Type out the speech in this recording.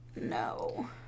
No